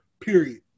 Period